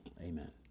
amen